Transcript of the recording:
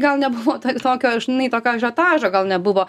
gal nebuvo tai tokio žinai tokio ažiotažo gal nebuvo